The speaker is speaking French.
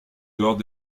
dehors